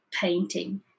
painting